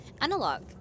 analog